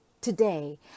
today